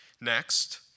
Next